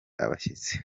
abashyitsi